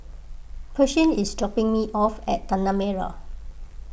Pershing is dropping me off at Tanah Merah